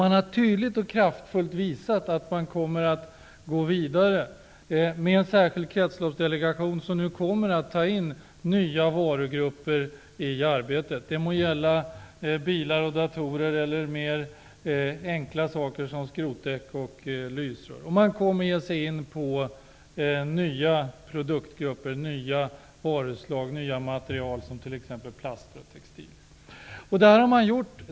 Man har tydligt och kraftfullt visat att man kommer att gå vidare, med en särskild kretsloppsdelegation som nu kommer att ta in nya varugrupper i arbetet. Det må gälla bilar och datorer eller enklare saker som skrot och lysrör. Man kommer att ge sig in på nya produktgrupper, nya varuslag och nya material, t.ex. plaster och textilier.